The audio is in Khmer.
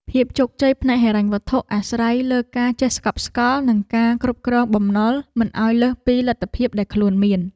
ភាពជោគជ័យផ្នែកហិរញ្ញវត្ថុអាស្រ័យលើការចេះស្កប់ស្កល់ និងការគ្រប់គ្រងបំណុលមិនឱ្យលើសពីលទ្ធភាពដែលខ្លួនមាន។